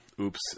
Oops